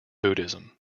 buddhism